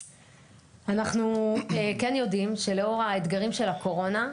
אנחנו כן יודעים שלאור האתגרים של הקורונה,